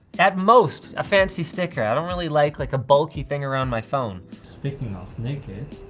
at most, a fancy sticker. i don't really like like a bulky thing around my phone. speaking of naked,